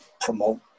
promote